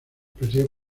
perdió